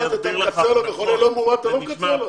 אתה מקצר לו וחולה לא מאומת אתה לא מקצר לו?